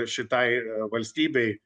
šitai valstybei